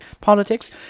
Politics